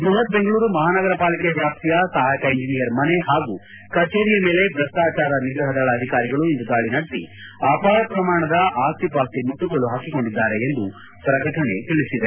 ಬೃಹತ್ ಬೆಂಗಳೂರು ಮಹಾನಗರ ಪಾಲಿಕೆ ವ್ಯಾಪ್ತಿಯ ಸಹಾಯಕ ಇಂಜಿನಿಯರ್ ಮನೆ ಹಾಗೂ ಕಚೇರಿಯ ಮೇಲೆ ಭ್ರಷ್ಟಾಚಾರ ನಿಗ್ರಹ ದಳ ಅಧಿಕಾರಿಗಳು ಇಂದು ದಾಳ ನಡೆಸಿ ಅಪಾರ ಪ್ರಮಾಣದ ಆಸ್ತಿಪಾಸ್ತಿಗಳನ್ನು ಮುಟ್ಟಿಗೋಲು ಹಾಕಿಕೊಂಡಿದ್ದಾರೆ ಎಂದು ಪ್ರಕಟಣೆ ತಿಳಿಸಿದೆ